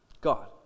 God